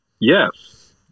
Yes